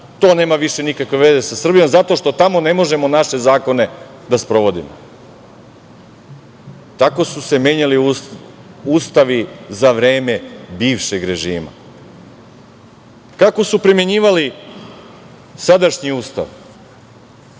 to nema više nikakve veze sa Srbijom zato što tamo ne možemo naše zakone da sprovodimo? Tako su se menjali ustavi za vreme bivšeg režima. Kako su primenjivali sadašnji Ustav?